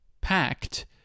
packed